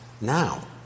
now